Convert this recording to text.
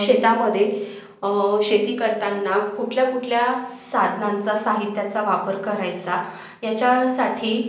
शेतामध्ये शेती करताना कुठल्या कुठल्या साधनांचा साहित्याचा वापर करायचा याच्यासाठी